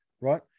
right